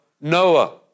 Noah